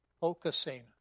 focusing